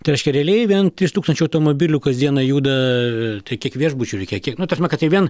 tai reiškia realiai vien tūkstančiai automobilių kasdieną juda kiek viešbučių reikia kiek nu ta prasme kad tai vien